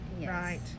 right